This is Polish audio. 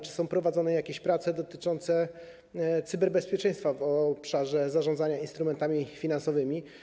Czy są prowadzone jakieś prace dotyczące cyberbezpieczeństwa w obszarze zarządzania instrumentami finansowymi?